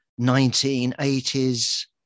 1980s